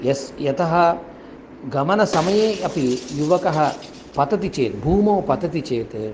यस्य यतः गमनसमये अपि युवकः पतति चेत् भूमौ पतति चेत्